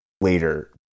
later